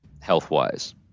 health-wise